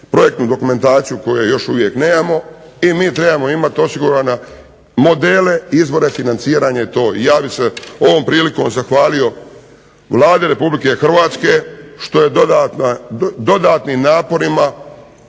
projektnu dokumentaciju koje još uvijek nemamo i mi trebamo imati osigurane modele, izvore financiranja i to. I ja bih se ovom prilikom zahvalio Vladi RH što je dodatnim naporima